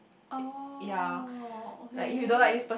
oh okay